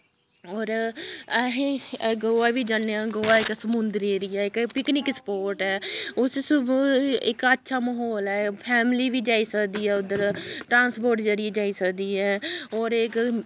होर अस गोवा बी जन्ने आं गोवा इक समुन्दरी एरिया ऐ इक पिकनिक स्पाट ऐ उस स्प च इक अच्छा म्हौल ऐ फैमली बी जाई सकदी ऐ उद्धर ट्रांस्पोर्ट दे जरियै जाई सकदी ऐ होर इक